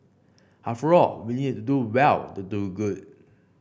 after all we need to do well to do good